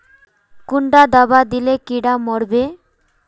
कुंडा दाबा दिले कीड़ा मोर बे?